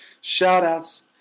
Shout-outs